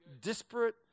disparate